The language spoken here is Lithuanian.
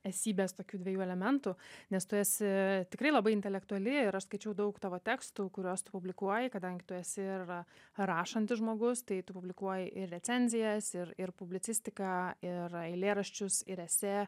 esybės tokių dviejų elementų nes tu esi tikrai labai intelektuali ir aš skaičiau daug tavo tekstų kuriuos tu publikuoji kadangi tu esi ir rašantis žmogus tai tu publikuoji ir recenzijas ir ir publicistiką ir eilėraščius ir esi